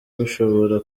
bushobora